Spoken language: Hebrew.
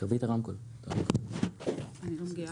אני רוצה להשלים